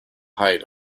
height